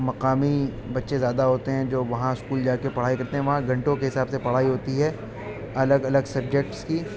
مقامی بچے زیادہ ہوتے ہیں جو وہاں اسکول جا کے پڑھائی کرتے ہیں وہاں گھنٹوں کے حساب سے پڑھائی ہوتی ہے الگ الگ سبجیکٹس کی